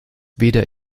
weder